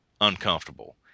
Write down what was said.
uncomfortable